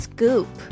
Scoop